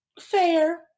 Fair